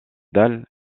dalles